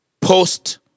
post